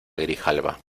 grijalba